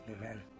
Amen